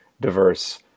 diverse